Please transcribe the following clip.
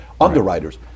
underwriters